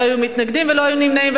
לא היו מתנגדים ולא היו נמנעים.